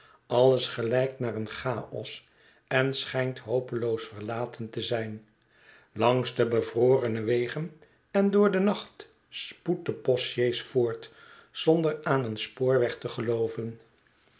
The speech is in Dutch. alles gelijkt naar een chaos en schijnt hopeloos verlaten te zijn langs de bevrorene wegen en door den nacht spoedt de postsjees voort zonder aan een spoorweg te gelooven